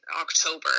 October